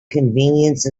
convenience